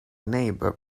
neighbor